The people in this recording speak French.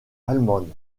allemande